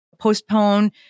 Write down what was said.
postpone